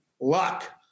luck